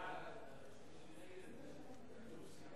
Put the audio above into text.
התש"ע